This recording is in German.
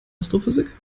astrophysik